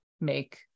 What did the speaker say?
make